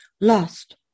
Lost